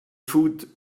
food